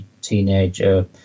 teenager